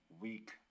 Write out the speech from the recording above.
Week